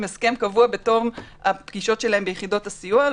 הסכם קבוע בתום הפגישות שלהם ביחידות הסיוע.